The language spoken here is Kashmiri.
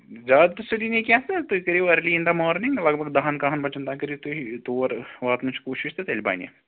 زیادٕ تہٕ سُلی نہٕ کیٚنٛہہ تہٕ تُہۍ کٔرِو أرلی اِن دَ مارنِنٛگ لگ بَگ دَہَن کَہَن بَجَن تام کٔرِو تُہۍ تور واتنٕچ کوٗشِش تہٕ تیٚلہِ بَنہِ